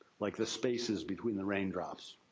like the spaces between the rain drops.